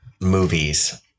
movies